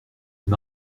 m’a